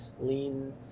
lean